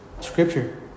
scripture